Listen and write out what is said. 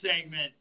segment